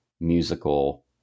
musical